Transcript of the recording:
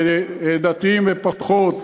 לדתיים ופחות,